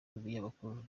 n’umunyamakuru